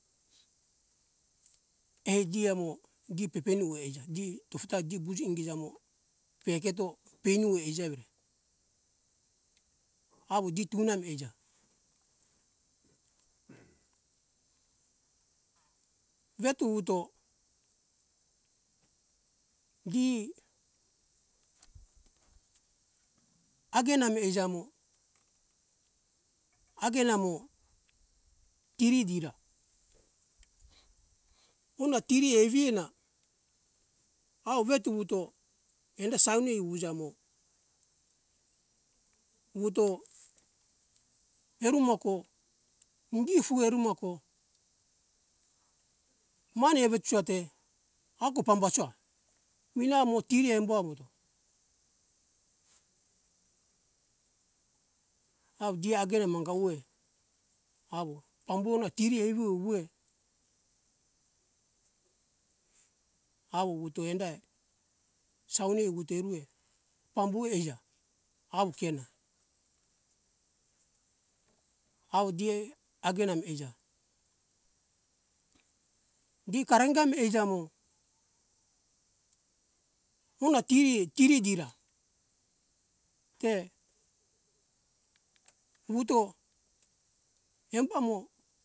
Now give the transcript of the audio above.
Egi amo gi pepemu eija gi tofo ta gi buji ingiza mo pegeto penue eija evira awo di tuna mi eija vetu uto gi agena me eija mo agena mo kiri dira una tiri eviena awo vetu wuto enda sauno iwuja mo wuto erumoko mungi fue erumoko mane evechua te ago pamba soa minamo tiri embo awoto av gi agena anga uwe awo pambu ona tiri aiwu uwe awo wuwuto endae saune wuwute erue pambue eija awu kena awu die agenam eija di kara gam eija mo ona tiri tiri gira te wuto eumba mo